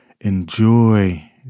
enjoy